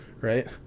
right